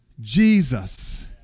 Jesus